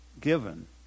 given